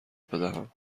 بدهم